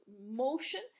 motion